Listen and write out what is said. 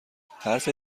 حرف